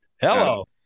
Hello